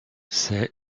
c’est